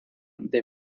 the